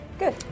Good